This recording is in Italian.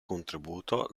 contributo